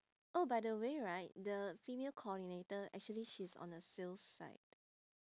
oh by the way right the female coordinator actually she's on the sales side